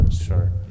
Sure